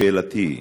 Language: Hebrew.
שאלתי היא: